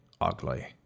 ugly